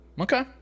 Okay